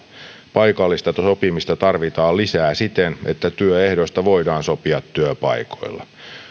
paikallista sopimista tarvitaan lisää siten että työehdoista voidaan sopia työpaikoilla